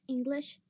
English